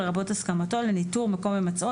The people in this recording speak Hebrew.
לרבות הסכמתו לניטור מקום הימצאו,